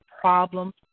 problems